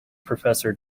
professor